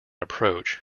approach